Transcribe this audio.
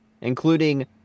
including